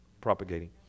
propagating